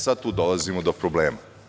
Sada tu dolazimo do problema.